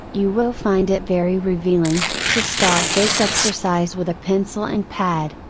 you will find it very revealing, to start this exercise with a pencil and pad,